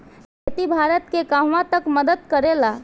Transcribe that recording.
खेती भारत के कहवा तक मदत करे ला?